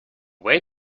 way